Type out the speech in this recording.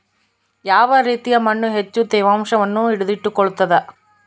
ಯಾವ ರೇತಿಯ ಮಣ್ಣು ಹೆಚ್ಚು ತೇವಾಂಶವನ್ನು ಹಿಡಿದಿಟ್ಟುಕೊಳ್ತದ?